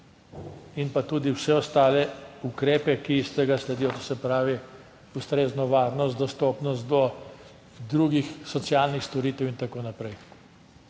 In pa tudi vse ostale ukrepe, ki iz tega sledijo, to se pravi ustrezno varnost, dostopnost do drugih socialnih storitev in tako naprej.